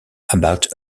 about